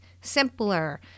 simpler